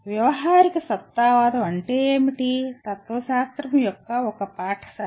వ్యావహారికసత్తావాదం"pragmatism అంటే ఏమిటంటే తత్వశాస్త్రం యొక్క ఒక పాఠశాల